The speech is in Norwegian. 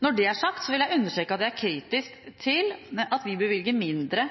Når det er sagt, vil jeg understreke at jeg er kritisk til at Stortinget i dag vil bevilge mindre